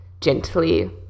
gently